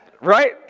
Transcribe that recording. right